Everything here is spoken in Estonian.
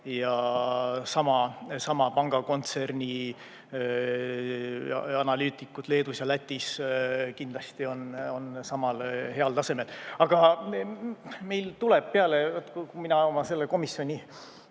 Sama pangakontserni analüütikud Leedus ja Lätis kindlasti on sama heal tasemel. Aga meil tuleb peale … Kui mina oma selle komisjoni